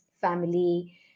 family